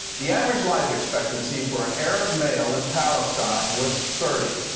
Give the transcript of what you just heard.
the average life expectancy for an arab male in palestine was thirty.